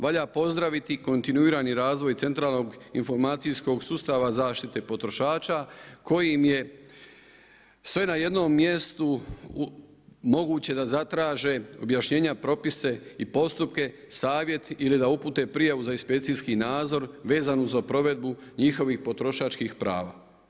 Valja pozdraviti kontinuirani razvoj centralnog informacijskog sustava zaštite potrošača kojim je sve na jednom mjestu moguće da zatraže objašnjenja propise i postupke, savjet ili da upute prijavu za inspekcijski nadzor vezanu za provedbu njihovih potrošačkih prava.